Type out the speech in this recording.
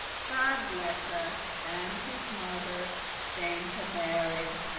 god bless us, and his mother, sainte mary.